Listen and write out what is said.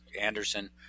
Anderson